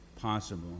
possible